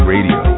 Radio